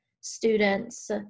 students